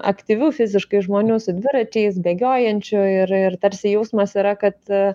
aktyvių fiziškai žmonių su dviračiais bėgiojančių ir ir tarsi jausmas yra kad